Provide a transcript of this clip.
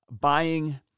buying